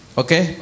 okay